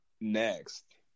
next